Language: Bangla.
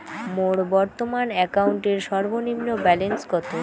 মোর বর্তমান অ্যাকাউন্টের সর্বনিম্ন ব্যালেন্স কত?